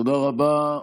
תודה רבה.